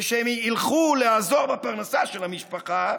ושהם ילכו לעזור בפרנסה של המשפחה,